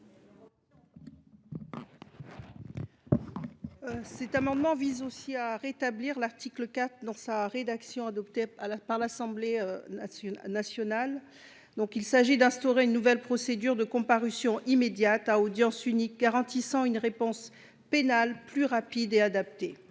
Cet amendement vise à rétablir l’article 4 dans la rédaction adoptée par l’Assemblée nationale. Il s’agit d’instaurer une nouvelle procédure de comparution immédiate à audience unique, afin de garantir une réponse pénale plus rapide et mieux adaptée.